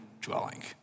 dwelling